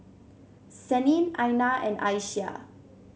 Senin Aina and Aisyah